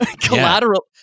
collateral